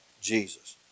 Jesus